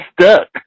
stuck